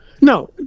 No